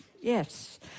yes